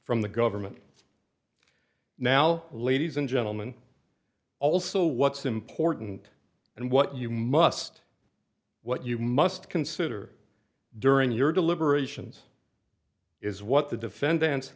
from the government now ladies and gentlemen also what's important and what you must what you must consider during your deliberations is what the defendant